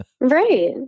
right